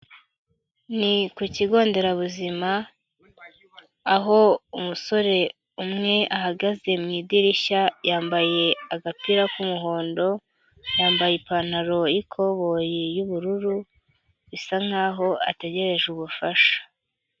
Ni ku kigo nderabuzima aho umusore umwe ahagaze mu idirishya yambaye agapira k'umuhondo, yambaye ipantaro y'ikoboyi y'ubururu bisa nkaho ategereje ubufasha.